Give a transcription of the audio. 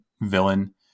villain